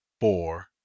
four